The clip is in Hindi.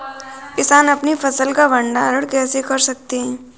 किसान अपनी फसल का भंडारण कैसे कर सकते हैं?